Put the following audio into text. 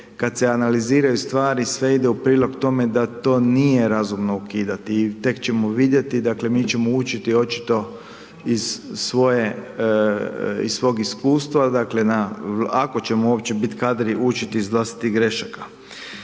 kad se analiziraju stvari, sve ide u prilog tome da to nije razumno ukidati i tek ćemo vidjeti, dakle, mi ćemo učiti očito iz svog iskustva, dakle, ako ćemo uopće biti kadri učiti iz vlastitih grešaka.